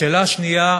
השאלה השנייה,